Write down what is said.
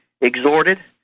exhorted